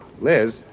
Liz